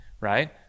right